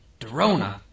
Dorona